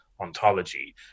ontology